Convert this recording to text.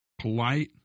polite